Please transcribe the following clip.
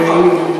בענייני המלוכה.